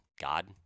God